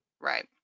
Right